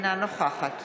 אינה נוכחת